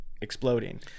exploding